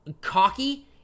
cocky